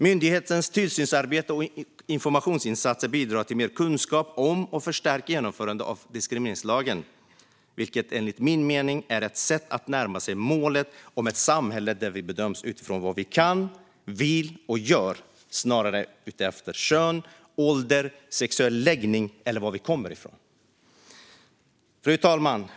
Myndighetens tillsynsarbete och informationsinsatser bidrar till mer kunskap om och förstärkt genomförande av diskrimineringslagen, vilket enligt min mening är ett sätt att närma sig målet om ett samhälle där vi bedöms utifrån vad vi kan, vill och gör snarare än utefter kön, ålder, sexuell läggning eller var vi kommer ifrån. Fru talman!